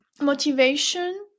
motivation